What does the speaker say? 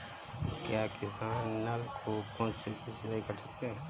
क्या किसान नल कूपों से भी सिंचाई कर सकते हैं?